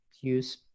use